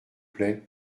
plait